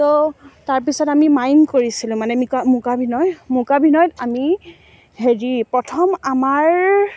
তৌ তাৰ পিছত আমি মাইম কৰিছিলোঁ মানে মিকা মোকাভিনয় মোকাভিনয়ত আমি হেৰি প্ৰথম আমাৰ